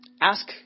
Ask